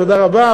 תודה רבה,